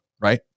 right